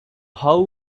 how